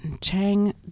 Chang